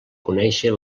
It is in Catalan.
conèixer